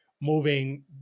moving